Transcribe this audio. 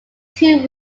two